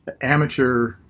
amateur